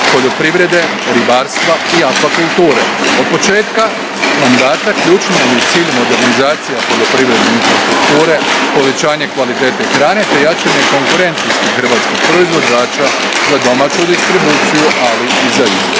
poljoprivrede, ribarstva i akvakulture. Od početka mandata ključni nam je cilj modernizacija poljoprivredne infrastrukture, povećanje kvalitete hrane te jačanje konkurentnosti hrvatskih proizvođača, za domaću distribuciju, ali i za izvoz.